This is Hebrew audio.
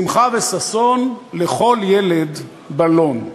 שמחה וששון, לכל ילד בלון: